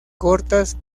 cortas